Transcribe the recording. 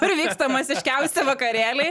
kur vyksta masiškiausi vakarėliai